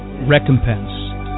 recompense